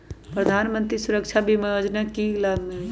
प्रधानमंत्री सुरक्षा बीमा योजना के की लाभ हई?